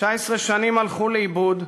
19 שנים הלכו לאיבוד,